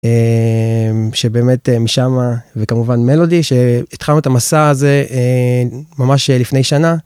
שבאמת משמה וכמובן מלודי שהתחלנו את המסע הזה ממש לפני שנה.